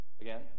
again